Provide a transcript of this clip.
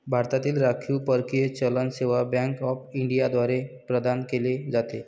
भारतातील राखीव परकीय चलन सेवा बँक ऑफ इंडिया द्वारे प्रदान केले जाते